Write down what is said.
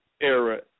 era